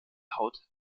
haut